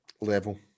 Level